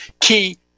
Key